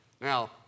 Now